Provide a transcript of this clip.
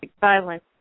violence